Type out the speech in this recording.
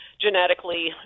genetically